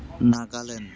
Nagaland